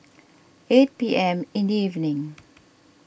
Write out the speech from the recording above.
eight P M in the evening